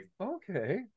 Okay